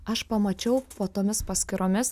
aš pamačiau po tomis paskyromis